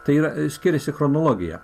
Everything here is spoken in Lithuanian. tai yra skiriasi chronologiją